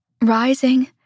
Rising